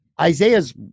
Isaiah's